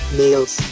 males